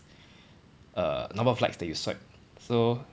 err number of likes that you swipe so